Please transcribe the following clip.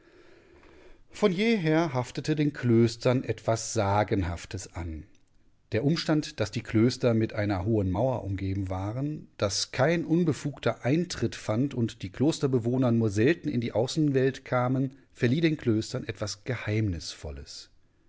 von jeher haftete den klöstern etwas sagenhaftes an der umstand daß die klöster mit einer hohen mauer umgeben waren daß kein unbefugter eintritt fand und die klosterbewohner nur selten in die außenwelt kamen verlieh den klöstern etwas geheimnisvolles